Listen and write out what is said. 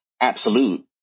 Absolute